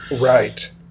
Right